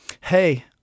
Hey